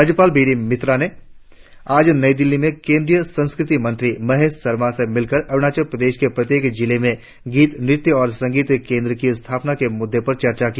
राज्यपाल B D Mishra ने आज नई दिल्ली में केंद्रीय संस्कृति मंत्री महेश शर्मा से मिलकर अरुणाचल प्रदेश के प्रत्येक जिले में गीत नृत्य और संगीत केंद्र की स्थापना के मुद्दे पर चर्चा की